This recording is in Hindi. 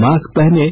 मास्क पहनें